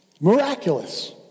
Miraculous